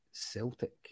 Celtic